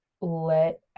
let